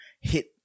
hit